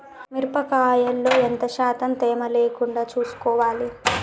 మిరప కాయల్లో ఎంత శాతం తేమ లేకుండా చూసుకోవాలి?